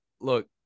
Look